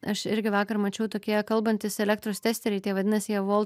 aš irgi vakar mačiau tokie kalbantys elektros testeriai tie vadinasi jie vol